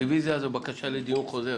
רוויזיה זו בקשה לדיון חוזר.